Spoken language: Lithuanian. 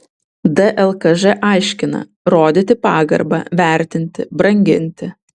dlkž aiškina rodyti pagarbą vertinti branginti